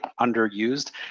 underused